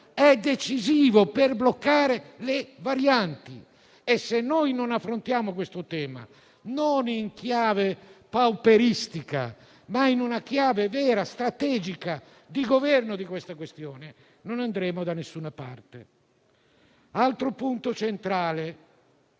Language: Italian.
è decisivo per bloccare le varianti e se non affrontiamo questo tema, non in chiave pauperistica, ma in una chiave vera e strategica di governo della questione, non andremo da nessuna parte. Altro punto centrale